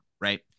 right